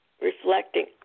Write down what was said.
reflecting